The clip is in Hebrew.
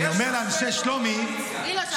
אני אומר לאנשי שלומי --- יש פה --- קואליציה.